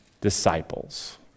disciples